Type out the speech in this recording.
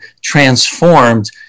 transformed